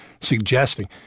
suggesting